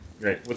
Great